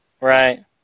Right